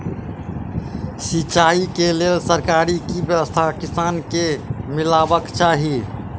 सिंचाई केँ लेल सरकारी की व्यवस्था किसान केँ मीलबाक चाहि?